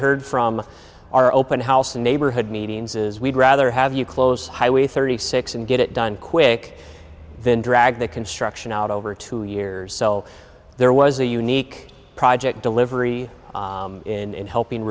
heard from our open house the neighborhood meetings is we'd rather have you close highway thirty six and get it done quick than drag the construction out over two years sell there was a unique project delivery in helping